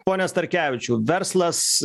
pone starkevičiau verslas